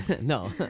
No